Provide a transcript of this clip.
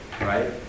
right